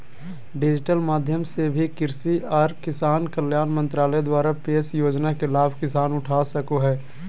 digital माध्यम से भी कृषि आर किसान कल्याण मंत्रालय द्वारा पेश योजना के लाभ किसान उठा सको हय